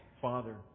father